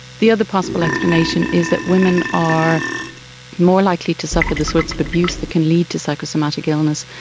the other possible explanation is that women are more likely to suffer the sorts of abuse that can lead to psychosomatic illness,